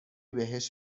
بهش